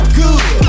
good